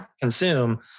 consume